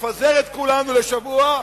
תפזר את כולנו לשבוע.